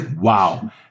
wow